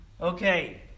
Okay